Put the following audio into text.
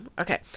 okay